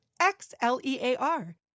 X-L-E-A-R